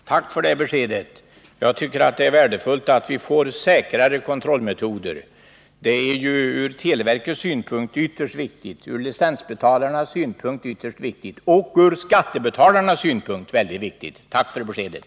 Herr talman! Tack för det beskedet, Ulf Adelsohn! Jag tycker det är värdefullt att vi får säkrare kontrollmetoder. Det är från televerkets, licensbetalarnas och skattebetalarnas synpunkt mycket viktigt. Än en gång: Tack för beskedet!